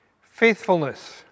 Faithfulness